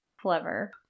clever